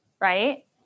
right